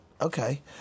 Okay